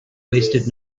wasted